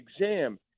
exam